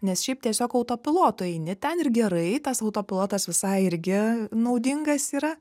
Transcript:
nes šiaip tiesiog autopilotu eini ten ir gerai tas autopilotas visai irgi naudingas yra